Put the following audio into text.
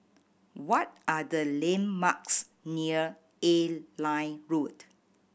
what are the landmarks near Airline Road